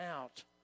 out